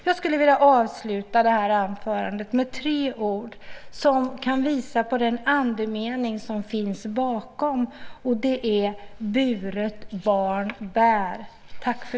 Jag skulle vilja avsluta mitt anförande med tre ord som kan visa på den andemening som finns bakom här: Buret barn bär.